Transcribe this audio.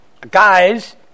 guys